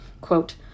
Quote